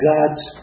God's